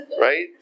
right